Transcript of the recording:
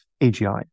AGI